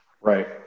Right